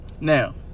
Now